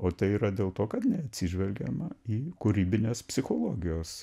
o tai yra dėl to kad neatsižvelgiama į kūrybinės psichologijos